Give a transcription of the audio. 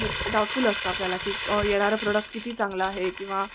हेच डाऊटफुल असतं आपल्याला की येणारा प्रोडक्ट किती चांगला आहे किंवा